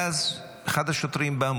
ואז אחד השוטרים בא,